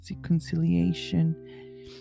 reconciliation